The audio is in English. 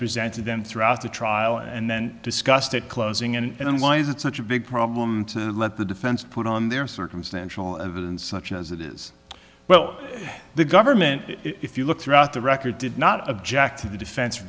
presented to them throughout the trial and then discussed at closing and why is it such a big problem to let the defense put on their circumstantial evidence such as it is well the government if you look throughout the record did not object to the defense